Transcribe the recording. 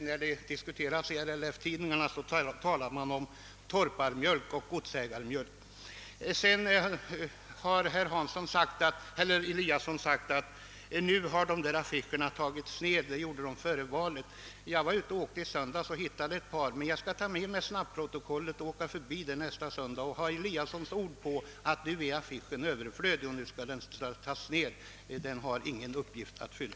När saken diskuteras i RLF tidningarna, talar man emellertid om torparmjölk och godsägarmjölk. Herr Eliasson har även sagt att affischerna tagits ned och att man gjorde det före valet. Jag var ute och åkte i söndags och hittade ett par. Men jag skall ta med mig snabbprotokollet och åka förbi där nästa söndag och ha herr Eliassons ord på att nu är affischen överflödig och att nu skall den tas ned, nu har den ingen uppgift att fylla.